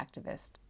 activist